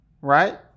right